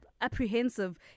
apprehensive